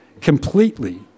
completely